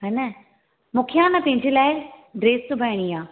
हा न मूंखे हा न पंहिंजे लाइ ड्रेस सुभाइणी आहे